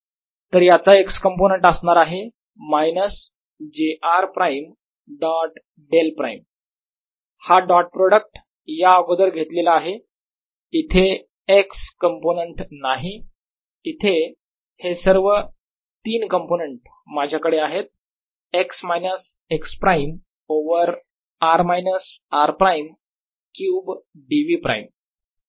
तर याचा x component असणार आहे minus j r prime dot del prime हा डॉट प्रॉडक्ट या अगोदर घेतलेला आहे इथे x कंपोनेंट नाही इथे हे सर्व तीन कंपोनेंट इथे माझ्याकडे आहेत x minus x prime over r minus r prime cube dv prime